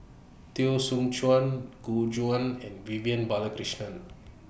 Teo Soon Chuan Gu Juan and Vivian Balakrishnan